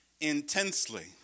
intensely